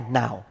now